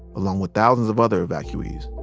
along with thousands of other evacuees.